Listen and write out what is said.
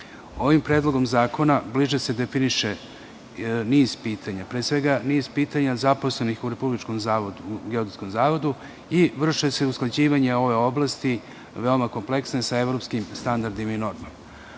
predlogom zakona bliže se definiše niz pitanja. Pre svega, niz pitanja zaposlenih u Republičkom zavodu i vrše se usklađivanja ove oblasti, veoma kompleksne, sa evropskim standardima i normama.